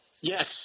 Yes